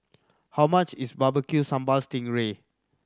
how much is Barbecue Sambal sting ray